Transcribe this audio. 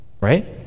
right